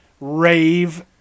rave